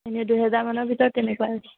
এনেই দুহেজাৰমানৰ ভিতৰত তেনেকুৱা